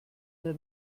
der